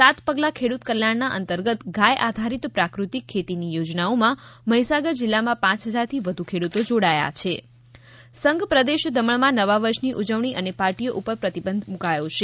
સાત પગલાં ખેડૂત કલ્યાણના અંતર્ગત ગાય આધારિત પ્રાકૃતિક ખેતીની યોજનાઓમાં મહીસાગર જીલ્લામાં પાંચ હજારથી વધુ ખેડૂતો જોડાયા છે નવા વર્ષની ઉજવણી સંઘપ્રદેશ દમણમાં નવા વર્ષની ઉજવણી અને પાર્ટીઓ ઉપર પ્રતિબંધ મૂકી દીધો છે